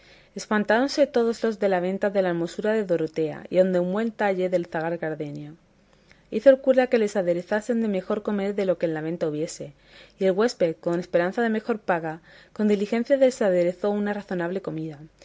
espantáronse todos los de la venta de la hermosura de dorotea y aun del buen talle del zagal cardenio hizo el cura que les aderezasen de comer de lo que en la venta hubiese y el huésped con esperanza de mejor paga con diligencia les aderezó una razonable comida